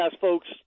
folks